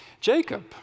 Jacob